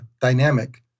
dynamic